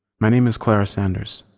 my name is clara sanders.